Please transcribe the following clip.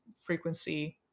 frequency